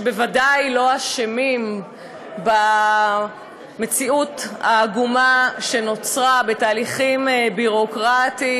שבוודאי לא אשמים במציאות העגומה שנוצרה בתהליכים ביורוקרטיים,